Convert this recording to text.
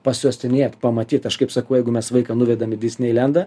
pasiuostinėt pamatyt aš kaip sakau jeigu mes vaiką nuvedam į disneilendą